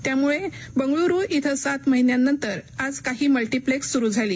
त्यामुळे बंगलुरू इथं सात महिन्यांनंतर आज काही मलांगे लेक्स सुरू झाली